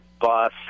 bus